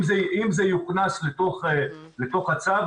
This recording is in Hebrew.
אם זה יוכנס לתוך הצו,